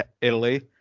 Italy